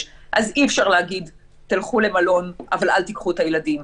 אז אי אפשר להגיד תלכו למלון אבל אל תיקחו את הילדים,